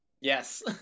Yes